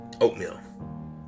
oatmeal